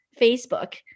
Facebook